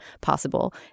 possible